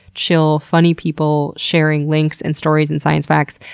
chill, funny people sharing links, and stories, and science facts.